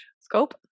Scope